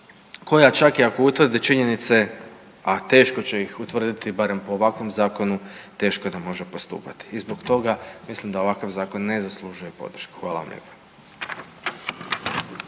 koja čak i ako utvrdi činjenice, a teško će ih utvrditi, barem po ovakvom zakonu, teško da može postupati i zbog toga mislim da ovakav zakon na zaslužuje podršku. Hvala vam lijepa.